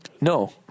No